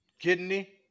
kidney